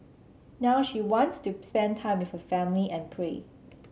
now she wants to spend time with her family and pray